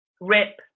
rip